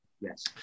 Yes